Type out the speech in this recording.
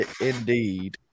indeed